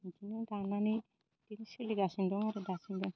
इदिनो दानानै बिदिनो सोलिगासिनो दं आरो दासिमबो